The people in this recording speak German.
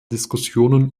diskussionen